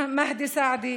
מהאדי אל-סעדי,